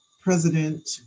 President